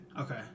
okay